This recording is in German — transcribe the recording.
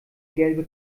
gelbe